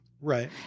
Right